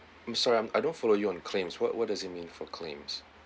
I'm sorry I'm I don't follow you on claims what what does it mean for claims